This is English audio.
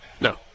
No